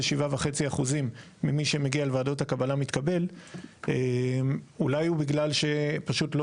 97.5% ממי שמגיע לוועדות הקבלה מתקבל - אולי הוא בגלל שפשוט לא